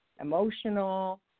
Emotional